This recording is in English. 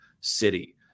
city